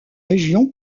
région